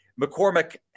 McCormick